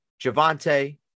Javante